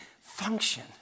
function